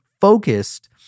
focused